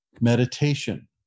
meditation